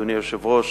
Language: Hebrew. אדוני היושב-ראש,